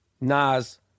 Nas